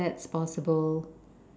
that's possible